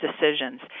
decisions